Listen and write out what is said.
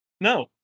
No